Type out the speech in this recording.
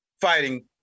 fighting